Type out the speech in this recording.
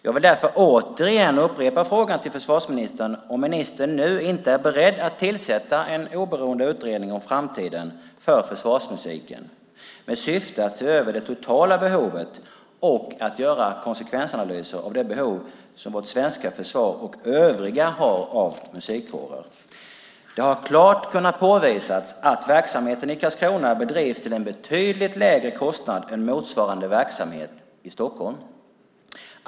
Jag vill därför upprepa frågan till försvarsministern om ministern nu inte är beredd att tillsätta en oberoende utredning om framtiden för försvarsmusiken med syfte att se över det totala behovet och att göra konsekvensanalyser av det behov som vårt svenska försvar och övriga har av musikkårer. Det har klart kunnat påvisas att verksamheten i Karlskrona bedrivs till en betydligt lägre kostnad än motsvarande verksamhet i Stockholm.